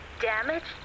damaged